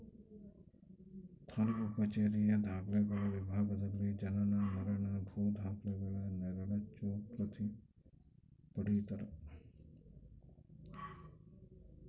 ತಾಲೂಕು ಕಛೇರಿಯ ದಾಖಲೆಗಳ ವಿಭಾಗದಲ್ಲಿ ಜನನ ಮರಣ ಭೂ ದಾಖಲೆಗಳ ನೆರಳಚ್ಚು ಪ್ರತಿ ಪಡೀತರ